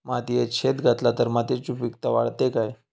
मातयेत शेण घातला तर मातयेची सुपीकता वाढते काय?